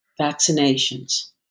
vaccinations